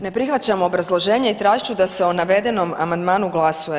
Ne prihvaćam obrazloženje i tražit ću da se o navedenom amandmanu glasuje.